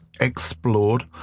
explored